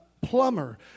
plumber